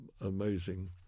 amazing